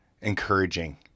encouraging